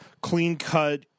clean-cut